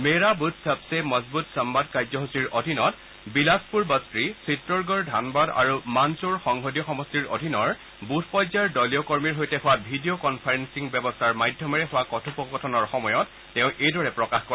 মেৰা booth সবসে মজবুত সম্বাদ কাৰ্যসূচীৰ অধীনত বিলাশপুৰ বস্তী চিট্টৰগড় ধনবাদ আৰু মান্দটৌৰ সংসদীয় সমষ্টিৰ অধীনৰ বুথ পৰ্যায়ৰ দলীয় কৰ্মীৰ সৈতে হোৱা ভিডিঅ' কনফাৰেঙি ব্যৱস্থাৰ মাধ্যমেৰে হোৱা কথোপকথনৰ সময়ত তেওঁ এইদৰে প্ৰকাশ কৰে